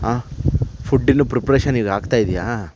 ಆಂ food ಇನ್ನೂ preparation ಈಗ ಆಗ್ತಾ ಇದೆಯಾ